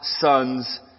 sons